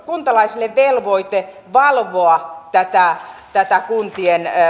kuntalaisille velvoite valvoa tätä tätä kuntien